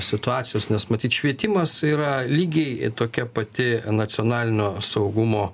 situacijos nes matyt švietimas yra lygiai tokia pati nacionalinio saugumo